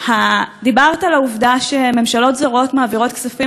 דיברת על העובדה שממשלות זרות מעבירות כספים